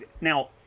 now